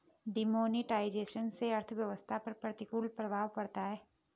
demonetisation से अर्थव्यवस्था पर प्रतिकूल प्रभाव पड़ता है